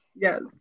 Yes